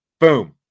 Boom